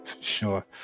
Sure